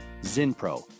Zinpro